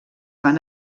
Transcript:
van